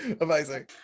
Amazing